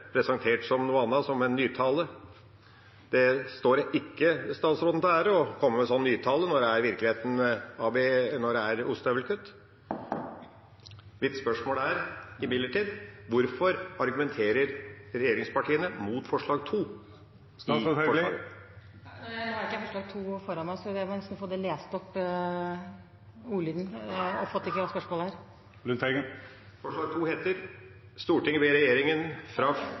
presentert som noen annet, som nytale. Det står ikke statsråden til ære å komme med sånn nytale når det i virkeligheten er ostehøvelkutt. Mitt spørsmål er imidlertid: Hvorfor argumenterer regjeringspartiene mot II i innstillingens forslag til vedtak? Nå har ikke jeg forslaget foran meg, og ordlyden i det, så det må jeg nesten få lest opp. Jeg oppfattet ikke hva spørsmålet var. Innstillingens forslag II – som har flertall i komiteen – lyder: «Stortinget ber regjeringen fra